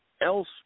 else